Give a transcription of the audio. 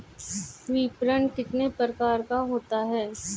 विपणन कितने प्रकार का होता है?